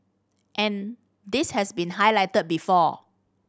and this has been highlighted before